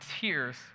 tears